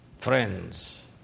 Friends